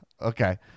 Okay